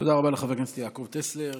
תודה רבה לחבר הכנסת יעקב טסלר.